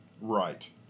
Right